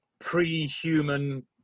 pre-human